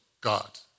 God